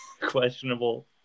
questionable